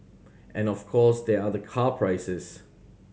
and of course there are the car prices